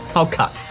i'll cut,